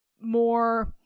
more